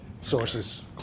Sources